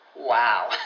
Wow